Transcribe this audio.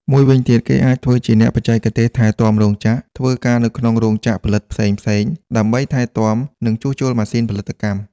មួយវិញទៀត គេអាចធ្វើជាអ្នកបច្ចេកទេសថែទាំរោងចក្រ ធ្វើការនៅក្នុងរោងចក្រផលិតផ្សេងៗ ដើម្បីថែទាំ និងជួសជុលម៉ាស៊ីនផលិតកម្ម។